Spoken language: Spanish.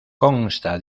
consta